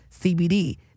CBD